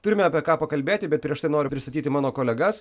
turime apie ką pakalbėti bet prieš tai noriu pristatyti mano kolegas